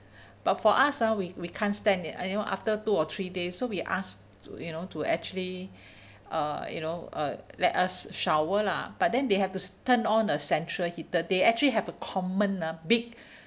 but for us ah we we can't stand it you know after two or three days so we asked to you know to actually uh you know uh let us shower lah but then they have to turn on a central heater they actually have a common ah big